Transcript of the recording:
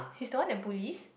she's the one that bullies